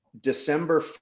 December